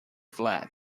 fled